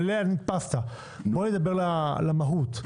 בוא נדבר על המהות,